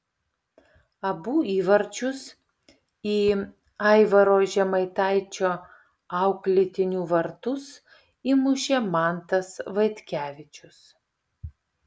abu įvarčius į aivaro žemaitaičio auklėtinių vartus įmušė mantas vaitkevičius